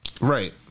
Right